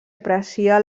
aprecia